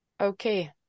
Okay